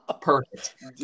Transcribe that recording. perfect